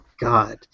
God